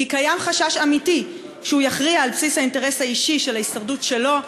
כי קיים חשש אמיתי שהוא יכריע על בסיס האינטרס האישי של ההישרדות שלו,